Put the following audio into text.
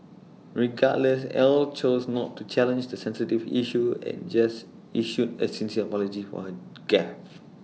regardless Ell chose not to challenge the sensitive issue and just issued A sincere apology for her gaffe